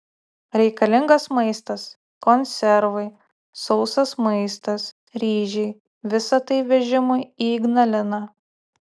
reikalingas maistas konservai sausas maistas ryžiai visa tai vežimui į ignaliną